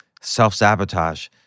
self-sabotage